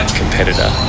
competitor